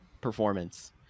performance